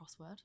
crossword